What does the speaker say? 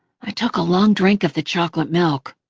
i took a long drink of the chocolate milk.